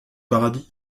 paradis